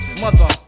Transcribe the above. Mother